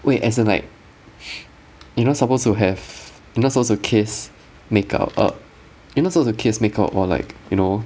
wait as in like you not supposed to have you not supposed to kiss make up uh you not supposed to kiss make out or like you know